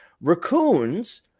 Raccoons